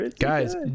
Guys